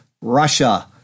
Russia